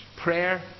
Prayer